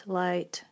light